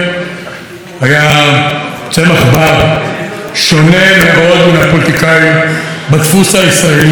היה צמח בר שונה מאוד מהפוליטיקאים בדפוס הישראלי המקובל באותה תקופה.